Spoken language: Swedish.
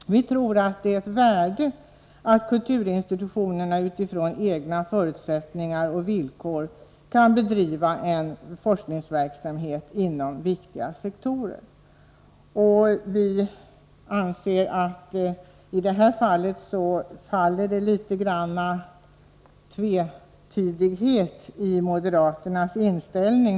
Vi tror att det ligger ett värde i att kulturinstitutionerna utifrån sina egna förutsättningar och villkor kan bedriva en forskningsverksamhet inom viktiga sektorer. Vi anser att det i detta fall ligger en viss tvetydighet i moderaternas inställning.